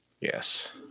Yes